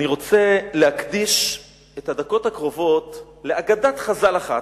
אני רוצה להקדיש את הדקות הקרובות לאגדת חז"ל אחת,